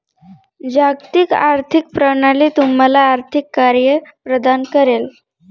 जागतिक आर्थिक प्रणाली तुम्हाला आर्थिक कार्ये प्रदान करेल